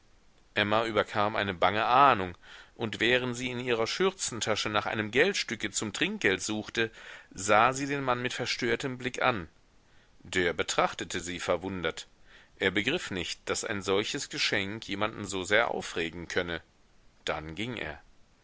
emma überkam eine bange ahnung und während sie in ihrer schürzentasche nach einem geldstücke zum trinkgeld suchte sah sie den mann mit verstörtem blick an der betrachtete sie verwundert er begriff nicht daß ein solches geschenk jemanden so sehr aufregen könne dann ging er